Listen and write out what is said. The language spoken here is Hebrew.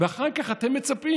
ואחר כך אתם מצפים,